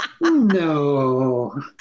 No